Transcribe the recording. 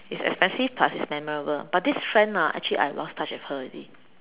it is expensive plus it is memorable but this friend ah actually I lost touch with her already